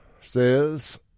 says